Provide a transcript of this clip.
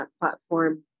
platform